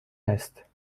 است